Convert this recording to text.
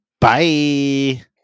Bye